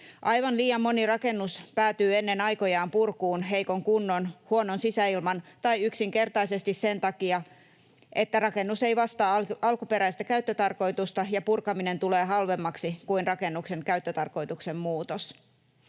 Aivan liian moni rakennus päätyy ennen aikojaan purkuun heikon kunnon, huonon sisäilman tai yksinkertaisesti sen takia, että rakennus ei vastaa alkuperäistä käyttötarkoitusta ja purkaminen tulee halvemmaksi kuin rakennuksen käyttötarkoituksen muutos.